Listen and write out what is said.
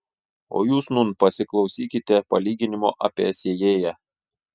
o jūs nūn pasiklausykite palyginimo apie sėjėją